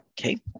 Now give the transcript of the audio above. okay